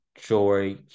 joy